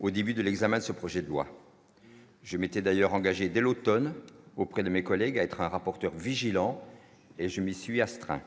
au début de l'examen de ce projet de loi, je m'étais d'ailleurs engagé dès l'Automne auprès de mes collègues a être un rapporteur vigilant et je me suis astreint,